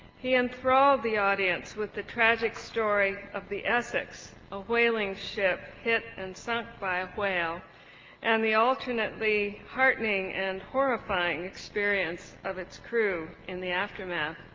he enthralled the audience with the tragic story of the essex, a whaling ship hit and sunk by a whale and the alternately heartening and horrifying experience of its crew in the aftermath.